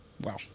Wow